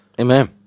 Amen